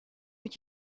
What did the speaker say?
will